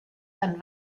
ein